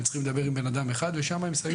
הם צריכים לדבר עם בן אדם אחד ושם הם שמים